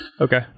okay